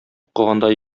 укыганда